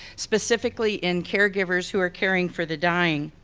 specifically in caregivers who are caring for the dying.